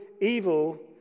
evil